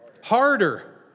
Harder